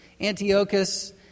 Antiochus